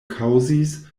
kaŭzis